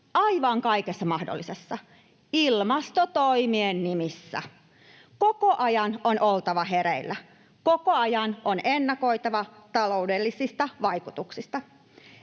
aivan kaikessa mahdollisessa ilmastotoimien nimissä. Koko ajan on oltava hereillä. Koko ajan on ennakoitava taloudellisia vaikutuksia.